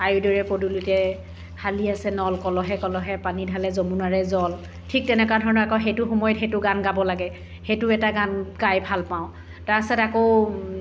আইদেউৰে পদূলিতে হালি আছে নল কলহে কলহে পানী ঢালে যমুনাৰে জল ঠিক তেনেকুৱা ধৰণৰ আকৌ সেইটো সময়ত সেইটো গান গাব লাগে সেইটো এটা গান গাই ভাল পাওঁ তাৰপাছত আকৌ